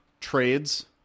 trades